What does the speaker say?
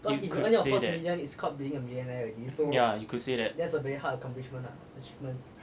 if you could say yeah you could say that